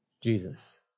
Jesus